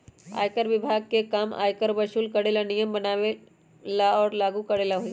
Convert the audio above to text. आयकर विभाग के काम आयकर वसूल करे ला नियम बनावे और लागू करेला हई